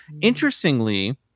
interestingly